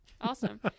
Awesome